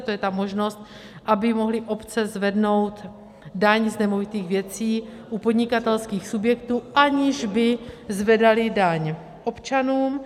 To je ta možnost, aby mohly obce zvednout daň z nemovitých věcí u podnikatelských subjektů, aniž by zvedaly daň občanům.